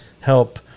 help